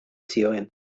zioen